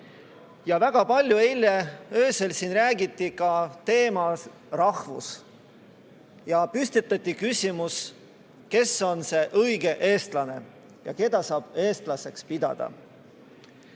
räägiti eile öösel siin ka teemal "rahvus" ja püstitati küsimus, kes on see õige eestlane ja keda saab eestlaseks pidada.